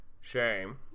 shame